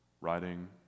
writing